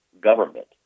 government